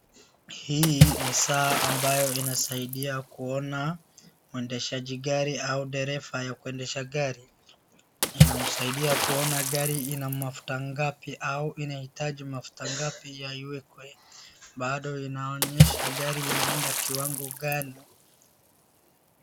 Hii ni saa ambayo inasaidia kuona mwendeshaji gari au dereva ya kuendesha gari. Inamsaidia kuona gari ina mafuta ngapi au inahitaji mafuta ngapi ya iwekwe. Bado inaonyesha gari inaenda kiwango gani.